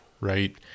right